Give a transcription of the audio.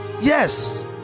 yes